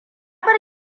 bar